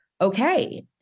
Okay